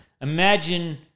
Imagine